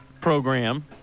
program